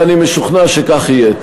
ואני משוכנע שכך יהיה.